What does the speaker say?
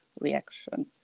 reaction